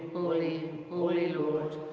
holy, holy, lord,